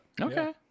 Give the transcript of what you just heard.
okay